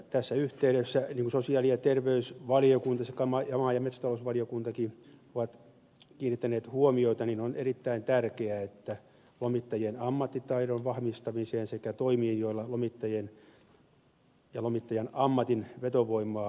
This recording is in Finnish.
tässä yhteydessä niin sosiaali ja terveysvaliokunta sekä maa ja metsätalousvaliokuntakin ovat kiinnittäneet huomiota että on erittäin tärkeää vahvistaa lomittajien ammattitaitoa sekä lomittajan ammatin vetovoimaa